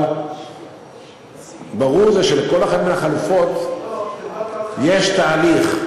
אבל ברור שלכל אחת מהחלופות יש תהליך.